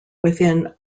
within